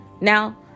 Now